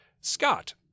scott